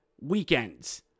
weekends